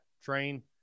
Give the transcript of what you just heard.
train